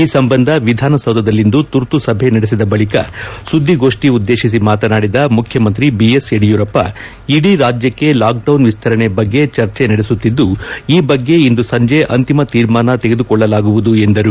ಈ ಸಂಬಂಧ ವಿಧಾನಸೌಧದಲ್ಲಿಂದು ತುರ್ತು ಸಭೆ ನಡೆಸಿದ ಬಳಿಕ ಸುದ್ಗೋಷ್ಣಿ ಉದ್ಗೇಶಿಸಿ ಮಾತನಾಡಿದ ಮುಖ್ಯಮಂತ್ರಿ ಬಿಎಸ್ ಯಡಿಯೂರಪ್ಪ ಇಡೀ ರಾಜ್ಯಕ್ಕೆ ಲಾಕ್ಡೌನ್ ವಿಸ್ತರಣೆ ಬಗ್ಗೆ ಚರ್ಚೆ ನಡೆಸುತ್ತಿದ್ದು ಈ ಬಗ್ಗೆ ಇಂದು ಸಂಜೆ ಅಂತಿಮ ತೀರ್ಮಾನ ತೆಗೆದುಕೊಳ್ಳಲಾಗುವುದು ಎಂದರು